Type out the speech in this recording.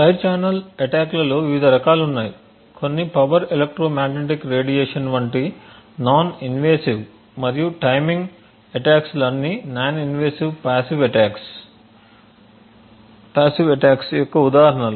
side channel అటాక్లలో వివిధ రకాలు ఉన్నాయి కొన్ని పవర్ ఎలక్ట్రో మాగ్నెటిక్ రేడియేషన్వంటి నాన్ ఇన్వాసివ్ మరియు టైమింగ్ అటాక్స్లన్నీ నాన్ ఇన్వాసివ్ పాసివ్ అటాక్స్కు ఉదాహరణలు